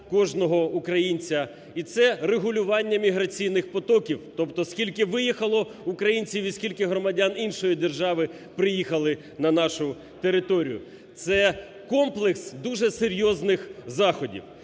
кожного українця. І це регулювання міграційних потоків, тобто скільки виїхало українців, і скільки громадян іншої держави приїхали на нашу територію. Це комплекс дуже серйозних заходів.